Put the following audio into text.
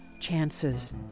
chances